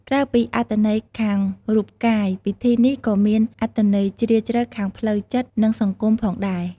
ក្រៅពីអត្ថន័យខាងរូបកាយ ពិធីនេះក៏មានអត្ថន័យជ្រាលជ្រៅខាងផ្លូវចិត្ត និងសង្គមផងដែរ។